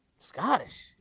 Scottish